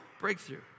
breakthrough